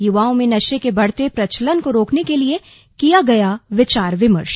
युवाओं में नशे के बढ़ते प्रचलन को रोकने के लिए किया गया विचार विमर्श